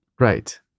Right